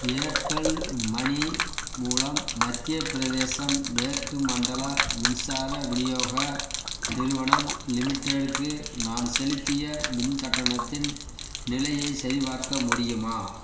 Airtel money மூலம் மத்திய பிரதேசம் மேற்கு மண்டல மின்சார விநியோக நிறுவனம் லிமிடெட் க்கு நான் செலுத்திய மின் கட்டணத்தின் நிலையைச் சரிபார்க்க முடியுமா